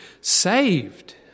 saved